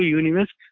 universe